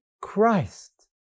Christ